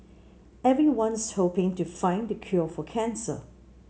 everyone's hoping to find the cure for cancer